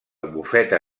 bufeta